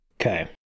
Okay